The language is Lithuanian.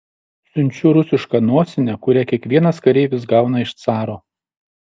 siunčiu rusišką nosinę kurią kiekvienas kareivis gauna iš caro